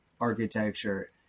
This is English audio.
architecture